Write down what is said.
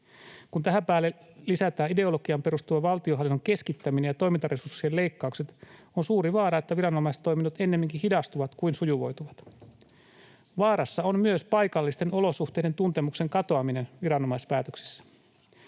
Kun tähän päälle lisätään ideologiaan perustuva valtionhallinnon keskittäminen ja toimintaresurssien leikkaukset, on suuri vaara, että viranomaistoiminnot ennemminkin hidastuvat kuin sujuvoituvat. Vaarassa on myös paikallisten olosuhteiden tuntemuksen katoaminen viranomaispäätöksessä.